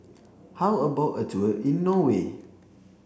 how about a tour in Norway